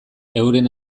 euren